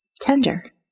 tender